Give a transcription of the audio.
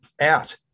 out